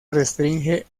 restringe